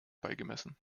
beigemessen